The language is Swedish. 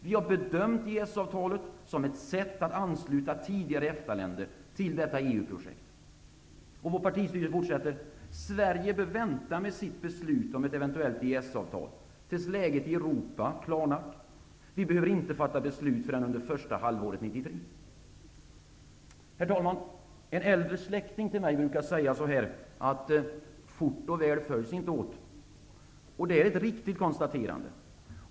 Vi har bedömt EES-avtalet som ett sätt att ansluta tidigare EFTA-länder till detta EU-projekt. Vår partistyrelse fortsätter och säger att Sverige bör vänta med sitt beslut om ett eventuellt EES-avtal tills läget i Europa klarnat. Vi behöver inte fatta beslut förrän under första halvåret 1993. Herr talman! En äldre släkting till mig brukar säga att fort och väl inte följs åt. Det är ett riktigt konstaterande.